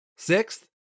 Sixth